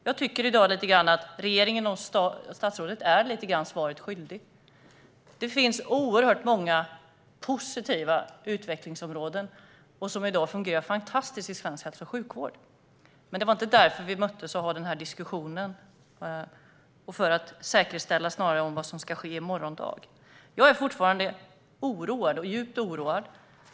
Jag tycker att regeringen och statsrådet i dag lite grann är svaret skyldiga. Det finns oerhört många positiva utvecklingsområden som i dag fungerar fantastiskt i svensk hälso och sjukvård. Men det var inte därför vi möttes för att ha den här diskussionen. Det var snarare för att säkerställa vad som ska ske i morgon. Jag är fortfarande djupt oroad.